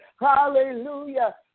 Hallelujah